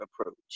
approach